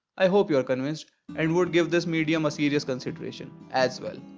i hope you are convinced and would give this medium a serious consideration as well.